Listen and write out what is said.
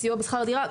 סיוע בשכר דירה,